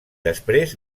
després